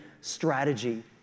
strategy